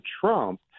Trump